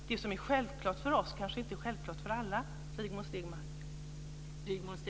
Det som är självklart för oss är kanske inte självklart för alla, Rigmor Stenmark.